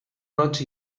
roig